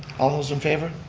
all those in favor?